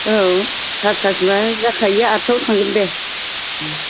औ सारिथासिमआ जाखायो आदथायाव थांगोन दे